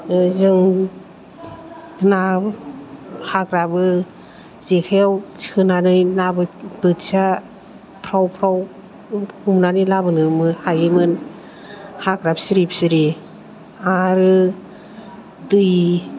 जों ना हाग्राबो जेखाइयाव सोनानै ना बोथिया फ्राव फ्राव हमनानै लाबोनो हायोमोन हाग्रा फिरि फिरि आरो दै